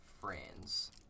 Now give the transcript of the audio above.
friends